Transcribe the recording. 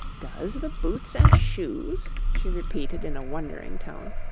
does the boots and shoes she repeated in a wondering tone.